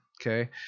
okay